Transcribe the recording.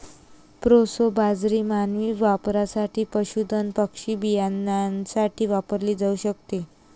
proso बाजरी मानवी वापरासाठी, पशुधन पक्षी बियाण्यासाठी वापरली जाऊ शकते